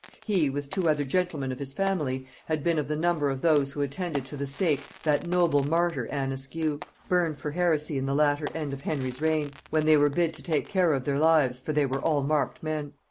he, with two other gentlemen of his family, had been of the number of those who attended to the stake that noble martyr anne askew, burned for heresy in the latter end of henry's reign when they were bid to take care of their lives, for they were all marked men.